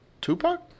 Tupac